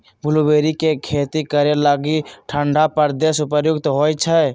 blueberry के खेती करे लागी ठण्डा प्रदेश उपयुक्त होइ छै